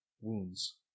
Wounds